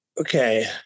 Okay